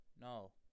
No